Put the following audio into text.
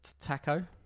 taco